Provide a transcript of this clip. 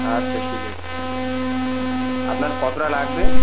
আচ্ছা ঠিক আছে আপনার কতটা লাগবে